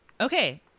Okay